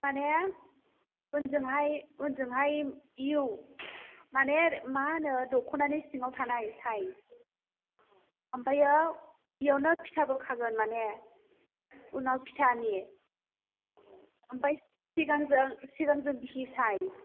माने उनजोंहाय उनजोंहाय इउ माने मा होनो दख'नानि सिङाव थानाय साइज ओमफायो बेयावनो फिथाबो खागोन माने उनाव फिथानि ओमफ्राय सिगांजों सिगांजों बिहि साइज